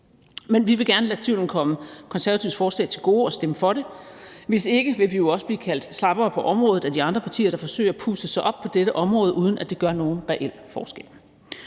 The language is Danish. Men vi vil gerne lade tvivlen komme De Konservatives forslag til gode og stemme for det, og hvis ikke vil vi jo også blive kaldt slappere på området af de andre partier, der forsøger at puste sig op på dette område, uden at det gør nogen reel forskel.